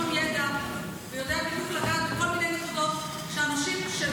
ידע ויודע לגעת בדיוק בנקודות שאנשים,